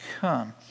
come